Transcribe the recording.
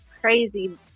crazy